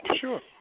Sure